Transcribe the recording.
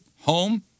home